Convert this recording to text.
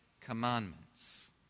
commandments